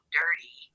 dirty